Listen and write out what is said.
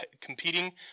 competing